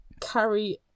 carry